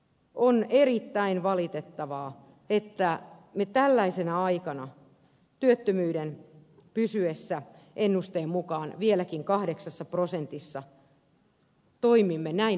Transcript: on erittäin valitettavaa että me tällaisena aikana työttömyyden pysyessä ennusteen mukaan vieläkin kahdeksassa prosentissa toimimme näin vastuuttomalla tavalla